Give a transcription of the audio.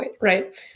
right